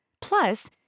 Plus